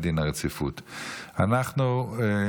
להחיל דין רציפות על הצעת חוק הטיס (תיקון מס' 4),